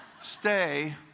stay